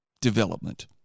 development